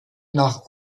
nach